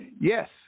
Yes